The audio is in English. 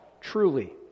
truly